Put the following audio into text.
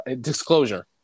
disclosure